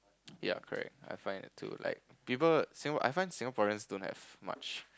yea correct I find that too like people Singapore I find Singaporeans don't have much